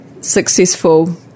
successful